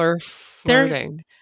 flirting